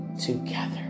together